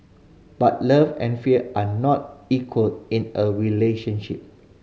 but love and fear are not equal in a relationship